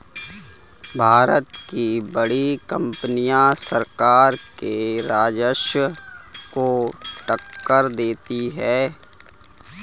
भारत की बड़ी कंपनियां सरकार के राजस्व को टक्कर देती हैं